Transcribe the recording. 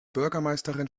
bürgermeisterin